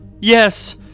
Yes